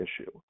issue